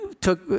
took